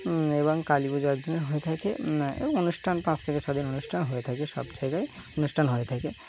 এবং কালী পূজার দিন হয়ে থাকে অনুষ্ঠান পাঁচ থেকে ছদিন অনুষ্ঠান হয়ে থাকে সব জায়গায় অনুষ্ঠান হয়ে থাকে